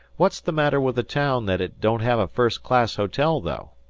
what's the matter with the town that it don't have a first-class hotel, though?